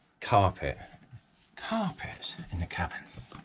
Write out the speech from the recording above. carpet carpet in the cabin,